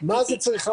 ומהי צריכה